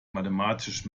mathematisch